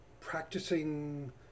practicing